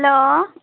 hello